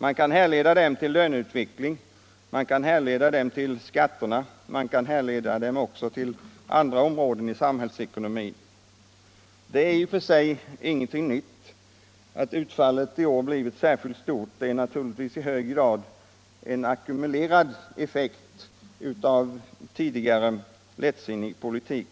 Man kan härleda dem från löneutvecklingen, från skatterna och även från andra områden i samhällsekonomin. Det är i och för sig ingenting nytt. Att utfallet i år blivit särskilt stort är naturligtvis i hög grad en ackumulerad effekt av en tidigare lättsinnig politik.